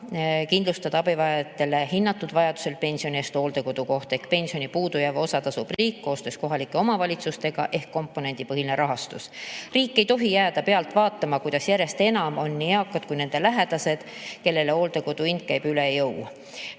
kindlustada abivajajatele hinnatud vajadusel pensioni eest hooldekodukoht ehk pensioni puudujääva osa tasub riik koostöös kohalike omavalitsustega ehk komponendipõhine rahastus. Riik ei tohi jääda pealt vaatama, kuidas järjest enam on nii eakad kui nende lähedased, kellele hooldekodu hind käib üle jõu,